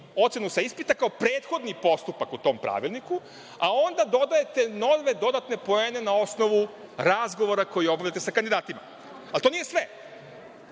ocenu sa ispita kao prethodni postupak u tom pravilniku, a onda dodajte nove dodatne poene na osnovu razgovora koji obavljate sa kandidatima. To nije sve,